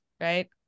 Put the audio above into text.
right